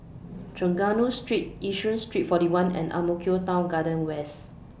Trengganu Street Yishun Street forty one and Ang Mo Kio Town Garden West